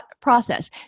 process